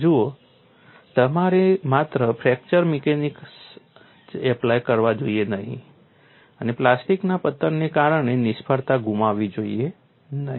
જુઓ તમારે માત્ર ફ્રેક્ચર મિકેનિક્સ જ એપ્લાય કરવા જોઈએ નહીં અને પ્લાસ્ટિકના પતનને કારણે નિષ્ફળતા ગુમાવવી જોઈએ નહીં